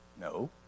No